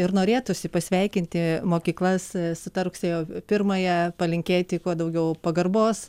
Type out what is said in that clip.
ir norėtųsi pasveikinti mokyklas su ta rugsėjo pirmąja palinkėti kuo daugiau pagarbos